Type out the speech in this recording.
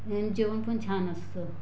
आणि जेवण पण छान असतं